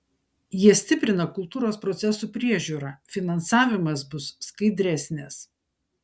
jie stiprina kultūros procesų priežiūrą finansavimas bus skaidresnis